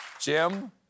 Jim